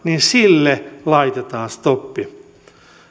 sille laitetaan stoppi